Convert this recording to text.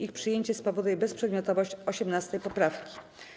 Ich przyjęcie spowoduje bezprzedmiotowość 18. poprawki.